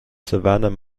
savannah